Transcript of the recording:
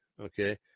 Okay